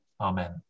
Amen